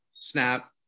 snap